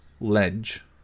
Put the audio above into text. ledge